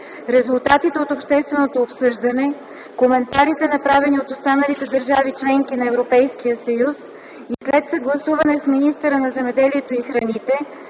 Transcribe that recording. резултатите от общественото обсъждане, коментарите, направени от останалите държави – членки на Европейския съюз, и след съгласуване с министъра на земеделието и храните,